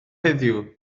heddiw